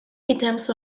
items